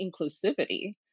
inclusivity